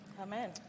Amen